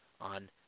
on